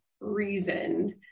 reason